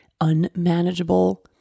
unmanageable